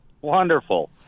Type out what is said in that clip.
Wonderful